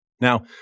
Now